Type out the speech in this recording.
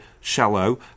shallow